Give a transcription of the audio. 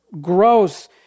gross